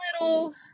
little